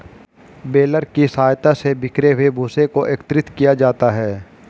baler की सहायता से बिखरे हुए भूसे को एकत्रित किया जाता है